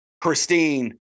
christine